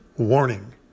Warning